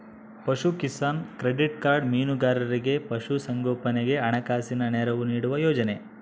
ಪಶುಕಿಸಾನ್ credit card ಮೀನುಗಾರರಿಗೆ ಪಶು ಸಂಗೋಪನೆಗೆ ಹಣಕಾಸಿನ ನೆರವು ನೀಡುವ ಯೋಜನೆ